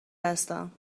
هستم